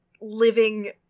living